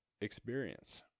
experience